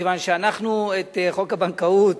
מכיוון שאנחנו את חוק הבנקאות,